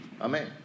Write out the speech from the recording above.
Amen